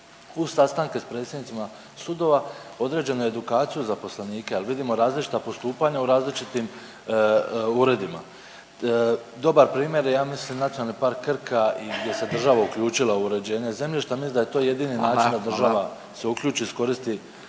predsjednicima sudova određenu edukaciju zaposlenika jer vidimo različita postupanja u različitim uredima? Dobar primjer je ja mislim NP Krka i gdje se država uključila u uređenje zemljišta, mislim da je to jedini način da država se uključi i iskoristi